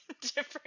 Different